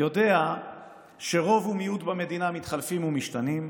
יודע שרוב ומיעוט במדינה מתחלפים ומשתנים.